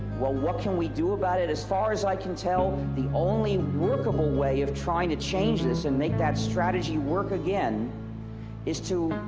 well what can we do about it? as far as i can tell, the only workable way of trying to change this and make that strategy work again is to,